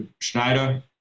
schneider